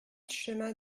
chemin